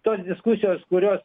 tos diskusijos kurios